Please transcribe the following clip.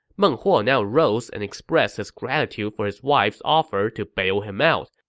meng huo now rose and expressed his gratitude for his wife's offer to bail him out,